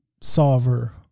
solver